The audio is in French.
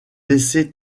laissé